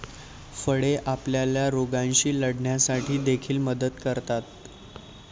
फळे आपल्याला रोगांशी लढण्यासाठी देखील मदत करतात